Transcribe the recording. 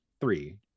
Three